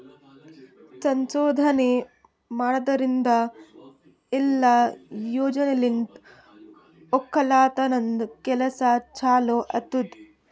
ಸಂಶೋಧನೆ ಮಾಡದ್ರಿಂದ ಇಲ್ಲಾ ಯೋಜನೆಲಿಂತ್ ಒಕ್ಕಲತನದ್ ಕೆಲಸ ಚಲೋ ಆತ್ತುದ್